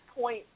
point